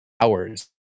hours